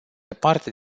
departe